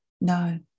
No